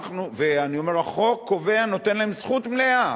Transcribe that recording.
ואני אומר, החוק קובע, נותן להם זכות מלאה